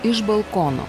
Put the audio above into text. iš balkono